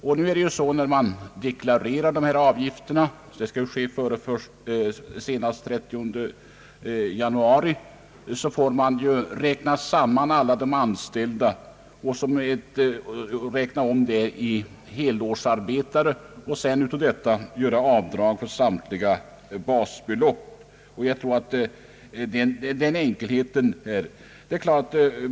När arbetsgivaren lämnar deklaration som underlag för beräkning av ATP-avgifterna — det skall ske senast den 31 januari — får han räkna samman alla de anställda och räkna om dem i helårsarbetare och sedan göra avdrag för så många basbelopp som svarar mot antalet årsarbetare. Det är enkelt.